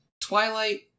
Twilight